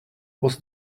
was